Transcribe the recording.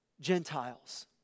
Gentiles